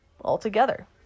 altogether